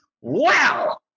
Wow